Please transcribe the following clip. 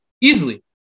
Easily